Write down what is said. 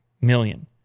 million